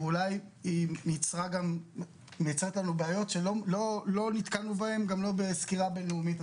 ואולי נוצרו בעיות שלא נתקלנו בהן גם לא בסקירה בינלאומית.